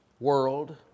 world